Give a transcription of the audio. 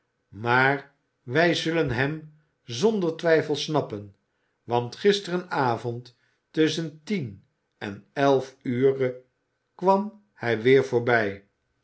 maar wij zullen hem zonder twijfel snappen want gisteravond tusschen tien en elf ure kwam hij weer voorbij